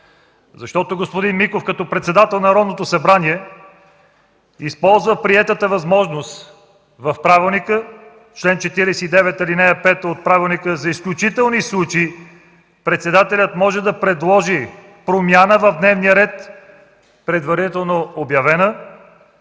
Защото господин Миков като председател на Народното събрание използва приетата възможност в правилника – чл. 49, ал. 5: „За изключителни случаи председателят може да предложи промяна в дневния ред – предварително обявена”.